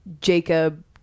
Jacob